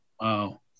Wow